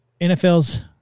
NFL's